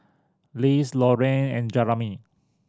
Les Lorraine and Jeramy